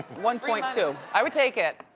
one point two i would take it.